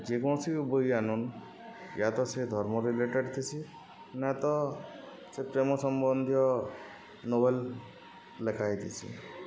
ଯେକୌଣସି ବହି ଆନୁନ୍ ୟା ତ ସେ ଧର୍ମରେ ରିଲେଟେଡ଼୍ ଥିସି ନା ତ ସେ ପ୍ରେମ ସମ୍ବନ୍ଧୀୟ ନୋଭେଲ୍ ଲେଖା ହେଇଥିସି